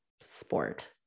sport